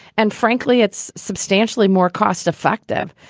and frankly, it's substantially more cost effective.